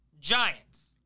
giants